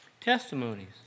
Testimonies